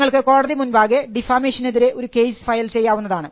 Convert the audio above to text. നിങ്ങൾക്ക് കോടതിമുമ്പാകെ ഡിഫാമേഷ്യനെതിരെ ഒരു കേസ് ഫയൽ ചെയ്യാവുന്നതാണ്